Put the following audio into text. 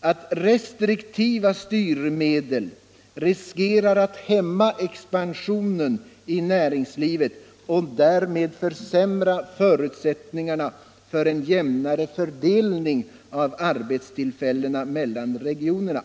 att ”restriktiva styrmedel riskerar att hämma expansionen i näringslivet och därmed försämra förutsättningarna för en jämnare fördelning av arbetstillfällena mellan regionerna”.